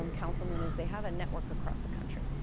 um councilman, is they have a network across the country.